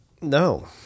No